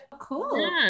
cool